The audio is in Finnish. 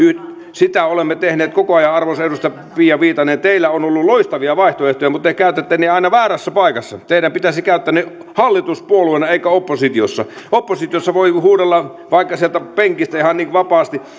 sitä olemme tehneet koko ajan arvoisa edustaja pia viitanen teillä on ollut loistavia vaihtoehtoja mutta te käytätte ne aina väärässä paikassa teidän pitäisi käyttää ne hallituspuolueena eikä oppositiossa oppositiossa voi huudella vaikka sieltä penkistä ihan vapaasti